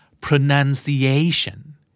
pronunciation